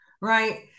right